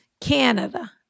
Canada